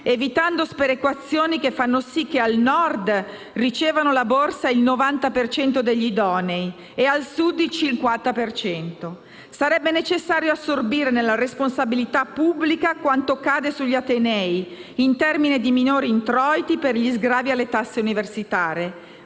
evitando sperequazioni che fanno sì che al Nord ricevano la borsa il 90 per cento degli idonei e al Sud il 50 per cento. Sarebbe necessario assorbire nella responsabilità pubblica quanto cade sugli atenei in termini di minori introiti per gli sgravi alle tasse universitarie.